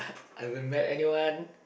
I won't let anyone